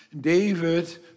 David